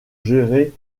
gérer